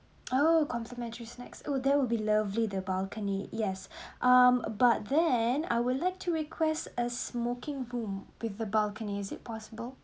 oh complimentary snacks oh there will be lovely the balcony yes um but then I would like to request a smoking room with a balcony is it possible